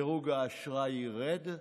דירוג האשראי ירד,